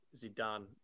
Zidane